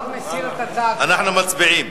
אנחנו מצביעים.